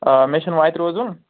آ مےٚ چھُنہٕ وۅنۍ اَتہِ روزُن